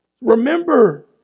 Remember